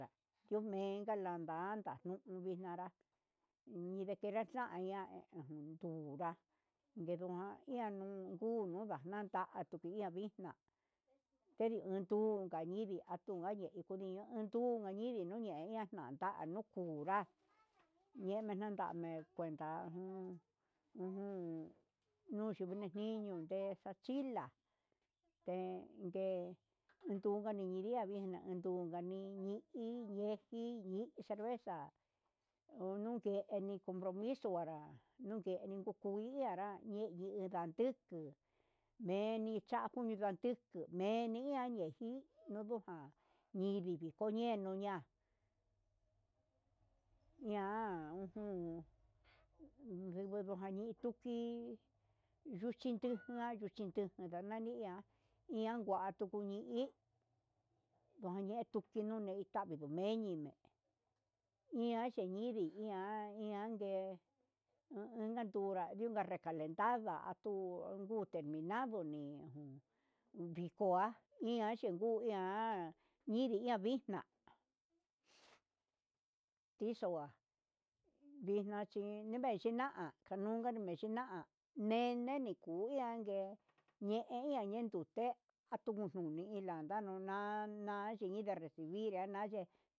Ita yumenga landa andui nanrá inre kiyaxaña undunga yena nuxnu ianxa nuna vixna'a, jenria atun ngañindi atu aye atungani atu ngañidi nunu teña'a nada nuu kunrá, ñeme nakuane cuenta uun ujun nuchi menejiniu texavila tenngue, andunix nguinria kuenda nduguu nuka nini hi ye'e yejiyi cerveza onuken compromiso anrá oyukeni kudui anrá ñeni tanduku meni chan undu anduku meni ji nduku ján, nini koneno ña'a ujun ndubu nijani tuti yutijian yuchí tunani ian ian ngua tuku ni hí enañeitu tavi nué eñime'e iha xhinidi ihá ha iangue nunka tunrá inka recalentada tuu ngute nimia andoni viko nua, iha chiun iha ha ninri iha vixna'a tixua vixna chi nixme'e nichina kanunkani nichina'a yangue ñeiña, tutea atunununi landa na nayinre juminenré naye'e.